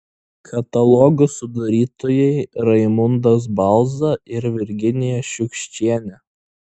katalogo sudarytojai raimundas balza ir virginija šiukščienė